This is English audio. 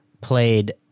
played